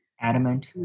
Adamant